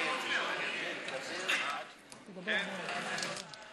תורידו את החוק.